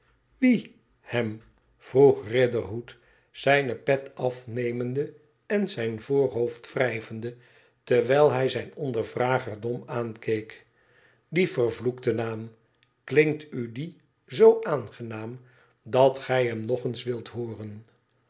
wie hem vroeg riderhood zijne pet afiiemende en zijn voorhoofd wrijvende terwijl hij zijn ondervrager dom aankeek die vervloekte naam i klinkt u die zoo aangenaam dat gij hem nog eens wilt hooren